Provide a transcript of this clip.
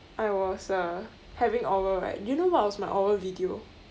I was uh having oral right do you know what was my oral video